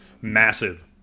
massive